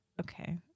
okay